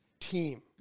team